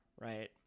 right